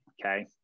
Okay